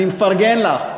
אני מפרגן לך.